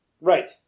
Right